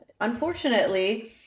unfortunately